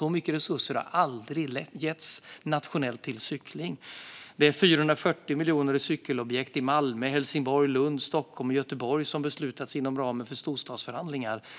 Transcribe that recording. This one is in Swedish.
Så mycket resurser har aldrig getts nationellt till cykling. Inom ramen för storstadsförhandlingar har 440 miljoner beslutats i cykelobjekt i Malmö, Helsingborg, Lund, Stockholm och Göteborg.